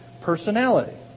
personality